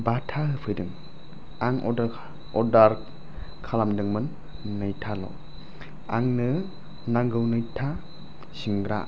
बाथा होफैदों आं अर्दार खालामदोंमोन नैथाल' आंनो नांगौ नैथा सिंग्रा